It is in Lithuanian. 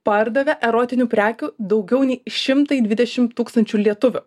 pardavė erotinių prekių daugiau nei šimtai dvidešim tūkstančių lietuvių